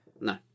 No